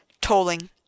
tolling